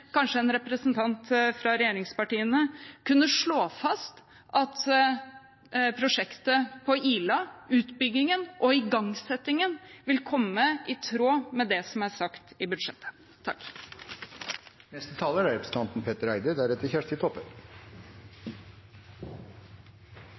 kanskje en representant fra regjeringspartiene kunne slå fast at prosjektet på Ila, utbyggingen og igangsettingen, vil komme, i tråd med det som er sagt i budsjettet.